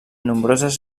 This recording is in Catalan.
nombroses